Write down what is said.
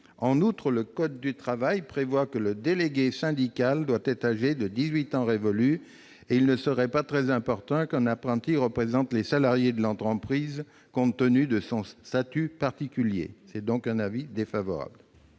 En outre, le code du travail prévoit que le délégué syndical doit être âgé de 18 ans révolus. Il ne serait pas très opportun qu'un apprenti représente les salariés de l'entreprise, compte tenu de son statut particulier. La commission a donc émis un avis défavorable